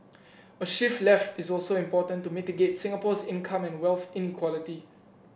a shift left is also important to mitigate Singapore's income and wealth inequality